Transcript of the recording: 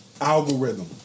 algorithm